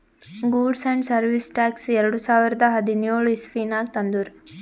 goods and service tax ಎರಡು ಸಾವಿರದ ಹದಿನ್ಯೋಳ್ ಇಸವಿನಾಗ್ ತಂದುರ್